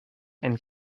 and